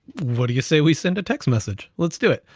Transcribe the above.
what do you say we send a text message? let's do it.